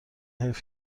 حیف